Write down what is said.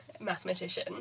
mathematician